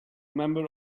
member